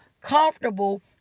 comfortable